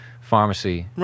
Pharmacy